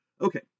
Okay